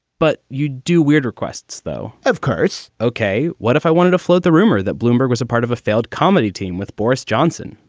but you do weird requests, though, of carts. okay. what if i wanted to float the rumor that bloomberg was a part of a failed comedy team with boris johnson?